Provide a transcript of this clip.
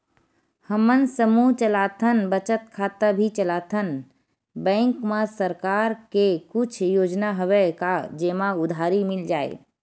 हमन समूह चलाथन बचत खाता भी चलाथन बैंक मा सरकार के कुछ योजना हवय का जेमा उधारी मिल जाय?